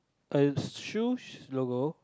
a shoe's logo